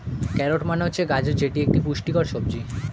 carrot মানে হচ্ছে গাজর যেটি একটি পুষ্টিকর সবজি